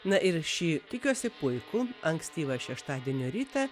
na ir šį tikiuosi puikų ankstyvą šeštadienio rytą